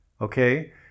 Okay